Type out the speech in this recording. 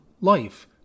life